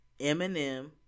Eminem